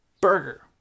burger